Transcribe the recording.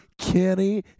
Kenny